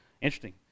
interesting